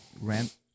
rent